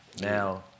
Now